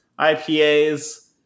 IPAs